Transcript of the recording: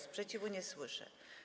Sprzeciwu nie słyszę.